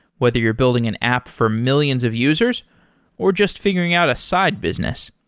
whether you're building an app for millions of users or just figuring out a side business.